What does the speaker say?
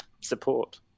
support